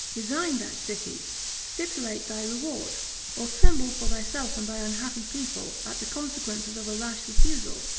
resign that city stipulate thy reward or tremble, for thyself and thy unhappy people, at the consequences of a rash refusal.